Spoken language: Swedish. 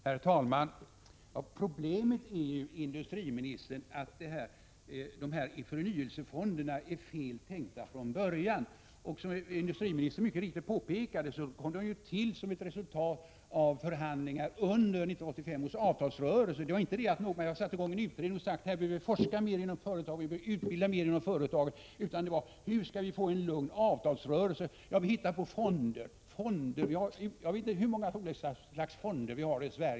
Herr talman! Problemet är ju, industriministern, att förnyelsefonderna är fel tänkta från början. Som industriministern mycket riktigt påpekade kom de till som ett resultat av förhandlingar under 1985 års avtalsrörelse. Det var inte så att någon hade satt i gång en utredning och sagt att det behövde forskas och utbildas mer inom företagen, utan frågan var: Hur skall vi få en lugn avtalsrörelse? Svaret blev: Vi inför fonder. Jag vet inte hur många olika slags fonder vi har i Sverige.